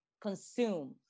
consume